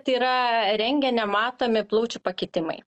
tai yra rengene matomi plaučių pakitimai